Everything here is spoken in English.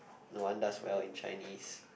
no one does well in Chinese